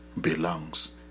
belongs